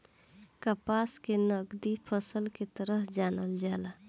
कपास के नगदी फसल के तरह जानल जाला